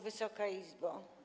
Wysoka Izbo!